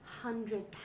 hundred